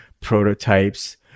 prototypes